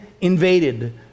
invaded